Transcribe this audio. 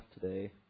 today